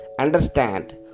Understand